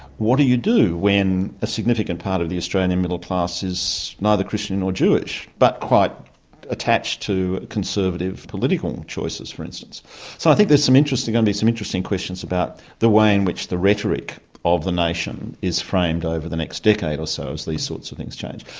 what do you do when a significant part of the australian middle class is neither christian nor jewish, but quite attached to conservative political choices, for instance? so i think there's some interesting. going to be some interesting questions about the way in which the rhetoric of the nation is framed over the next decade or so as these sorts of things change.